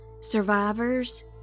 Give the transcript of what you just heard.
survivors